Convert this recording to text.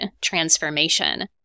transformation